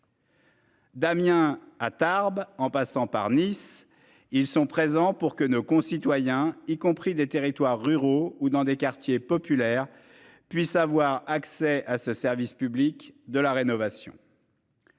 Damien à Tarbes, en passant par Nice. Ils sont présents pour que nos concitoyens y compris des territoires ruraux ou dans des quartiers populaires puissent avoir accès à ce service public de la rénovation.